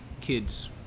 kids